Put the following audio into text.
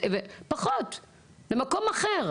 למקום אחר.